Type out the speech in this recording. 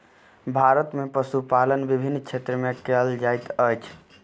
भारत में पशुपालन विभिन्न क्षेत्र में कयल जाइत अछि